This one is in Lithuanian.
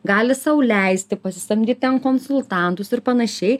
gali sau leisti pasisamdyt ten konsultantus ir panašiai